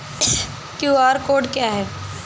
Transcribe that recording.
QR code क्या है?